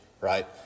right